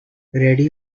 ready